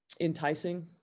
enticing